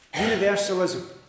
Universalism